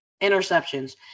interceptions